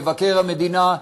מבקר המדינה,